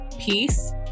peace